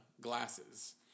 glasses